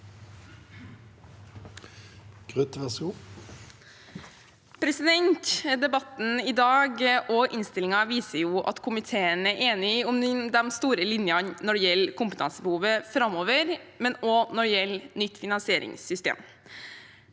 Debatten i dag og innstillingen viser at komiteen er enig om de store linjene når det gjelder kompetansebehovet framover, men også når det gjelder nytt finansieringssystem.